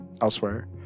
elsewhere